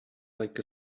like